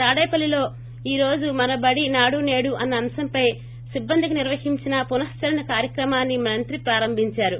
తాడేపల్లిలో ఈరోజు మనబడి నాడు సేడు అన్న అంశంపై సిబ్బందికి నిర్వహించిన పునఃక్చరణ కార్యక్రమాన్ని మంత్రి ప్రారంభించారు